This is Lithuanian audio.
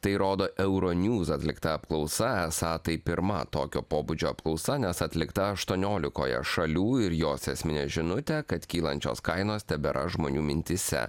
tai rodo euro news atlikta apklausa esą tai pirma tokio pobūdžio apklausa nes atlikta aštuoniolikoje šalių ir jos esminė žinutė kad kylančios kainos tebėra žmonių mintyse